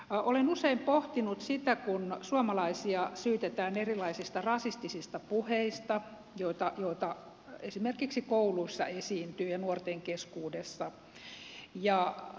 olen usein pohtinut sitä kun suomalaisia syytetään erilaisista rasistisista puheista joita esimerkiksi kouluissa esiintyy ja nuorten keskuudessa